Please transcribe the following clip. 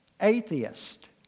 atheist